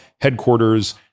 headquarters